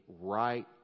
right